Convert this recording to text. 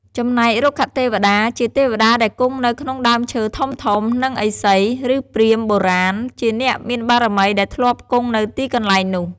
ចំណែករុក្ខទេវតា ជាទេវតាដែលគង់នៅក្នុងដើមឈើធំៗ និងឥសី ឬព្រាហ្មណ៍បុរាណ ជាអ្នកមានបារមីដែលធ្លាប់គង់នៅទីកន្លែងនោះ។។